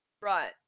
Right